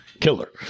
killer